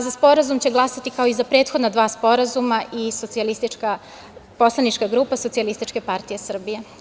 Za sporazum će glasati, kao i za prethodna dva sporazuma, i Poslanička grupa Socijalističke partije Srbije.